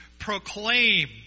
proclaim